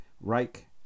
Reich